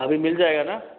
अभी मिल जाएगा न